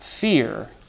fear